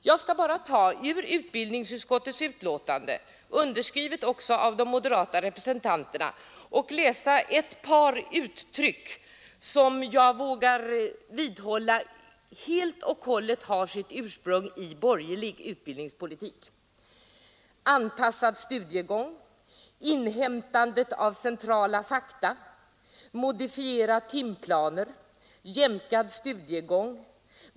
Jag skall bara ur utbildningsutskottets betänkande, underskrivet också av moderata representanter, läsa upp några uttryck som jag vågar vidhålla helt och hållet har sitt ursprung i borgerlig utbildningspolitik: Anpassad studiegång. Inhämtandet av centrala fakta. Modifiera timplaner. Jämkad studiegång.